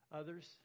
others